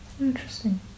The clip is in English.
interesting